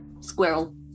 squirrel